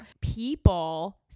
People